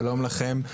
שלום לכם,